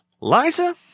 Liza